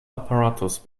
apparatus